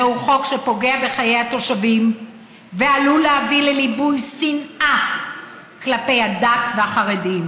זהו חוק שפוגע בחיי התושבים ועלול להביא לליבוי שנאה כלפי הדת והחרדים.